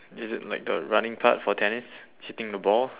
is it like the running part for tennis hitting the ball